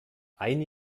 ein